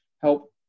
help